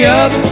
up